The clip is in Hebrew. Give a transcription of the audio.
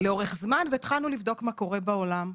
לאורך זמן והתחלנו לבדוק מה קורה בעולם.